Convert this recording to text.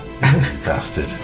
Bastard